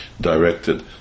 directed